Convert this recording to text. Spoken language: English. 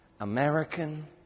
American